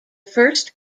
first